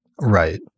Right